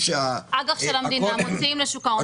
אג"ח של המדינה מוציאים לשוק ההון.